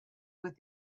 with